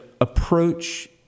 approach